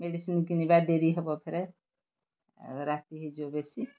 medicine କିଣିବା ଡେରି ହେବ ଫେରେ ଆଉ ରାତି ହେଇଯିବ ବେଶୀ